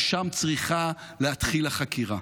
ושם צריכה להתחיל החקירה.